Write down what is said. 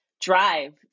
drive